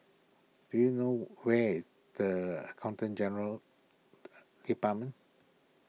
do you know where the Accountant General's Department